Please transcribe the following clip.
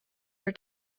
her